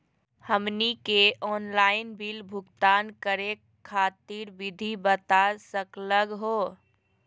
हमनी के online bill भुगतान करे खातीर विधि बता सकलघ हो?